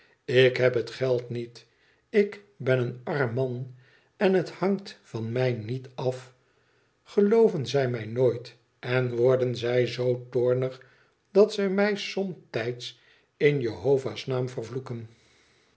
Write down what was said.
ik heb het geld niet ik ben een arm inan en het hangt van mij niet af gelooven zij mij nooit en worden zij zoo toornig dat zij mij somtijds in jehova's naam vervloeken